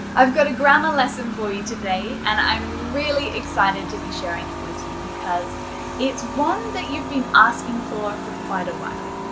i've got a grammar lesson for you today and i'm really excited to be sharing it with you because it's one that you've been asking for for quite a while.